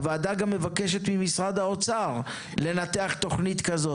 הוועדה גם מבקשת ממשרד האוצר לנתח תוכנית כזו.